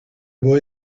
boy